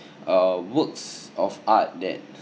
uh works of art that